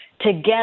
together